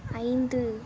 ஐந்து